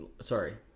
sorry